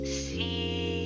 see